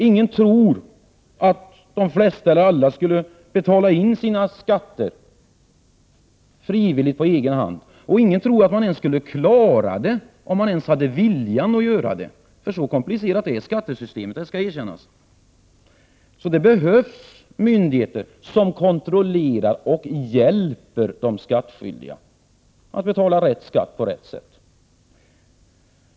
Ingen tror att de flesta eller alla skulle betala in sina skatter frivilligt och på egen hand. Ingen tror att man ens skulle klara det om man hade viljan att göra det, för så komplicerat är skattesystemet — det skall erkännas. Det behövs alltså myndigheter som kontrollerar och hjälper de skattskyldiga att betala rätt skatt på rätt sätt.